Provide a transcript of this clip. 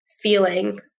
feeling